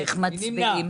מי נמנע?